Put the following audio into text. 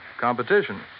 Competition